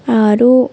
ଆରୁ